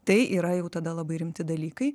tai yra jau tada labai rimti dalykai